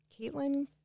Caitlin